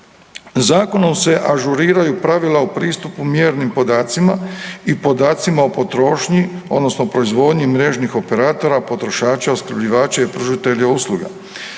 Zakonom se ažuriraju pravila o pristupu mjernim podacima i podacima o potrošnji odnosno proizvodnji mrežnih operatora potrošača opskrbljivača i pružatelja usluga.